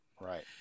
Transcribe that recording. Right